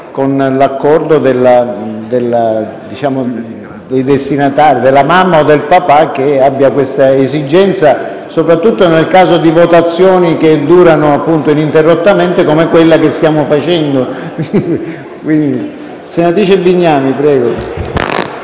con l'accordo dei destinatari, quindi della mamma o del papà che abbia questa esigenza, soprattutto nel caso di votazioni che durino ininterrottamente, come quella che stiamo facendo.